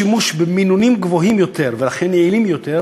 אפשרות לשימוש במינונים גבוהים יותר ולכן יעילים יותר,